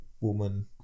woman